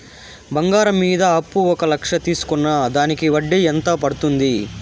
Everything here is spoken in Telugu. బంగారం మీద అప్పు ఒక లక్ష తీసుకున్న దానికి వడ్డీ ఎంత పడ్తుంది?